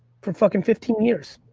for fucking fifteen years.